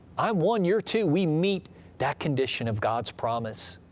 i'm one, you're two we meet that condition of god's promise.